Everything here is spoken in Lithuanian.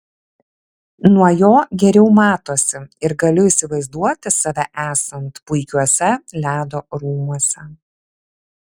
nuo jo geriau matosi ir galiu įsivaizduoti save esant puikiuose ledo rūmuose